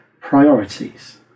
priorities